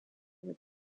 with